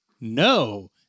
no